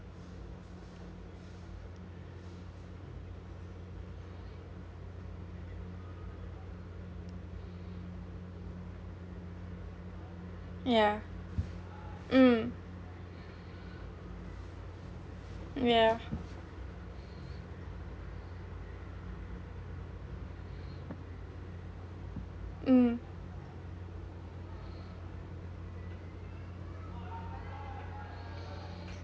yeah mm yeah mm